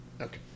Okay